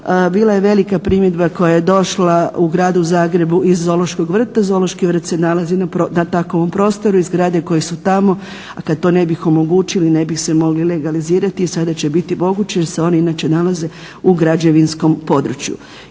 Bila je velika primjedba koja je došla u Gradu Zagrebu iz Zoološkog vrta. Zoološki vrt se nalazi na takvom prostoru i zgrade koje su tamo, a kad to ne bi omogućili ne bi se mogli legalizirati. I sada će biti moguće jer se oni inače nalaze u građevinskom području.